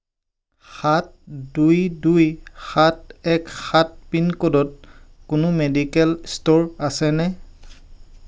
সাত দুই দুই সাত এক সাত পিনক'ডত কোনো মেডিকেল ষ্ট'ৰ আছেনে